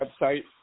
website